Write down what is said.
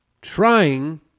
trying